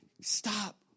stop